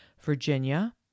Virginia